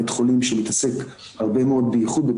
עוד דבר שמתעסקים בו עכשיו הרבה מאוד זה